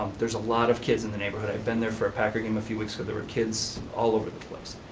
there's a lot of kids in the neighborhood. i've been there for a packer game a few weeks ago, there were kids all over the place.